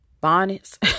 bonnets